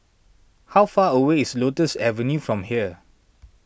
how far away is Lotus Avenue from here